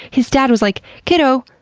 his dad was like, kiddo,